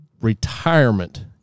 retirement